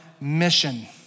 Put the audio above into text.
mission